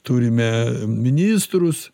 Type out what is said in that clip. turime ministrus